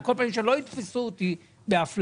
על כל פנים, שלא יתפסו אותי באפליה,